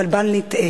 אבל בל נטעה.